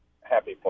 happy